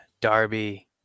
Darby